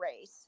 race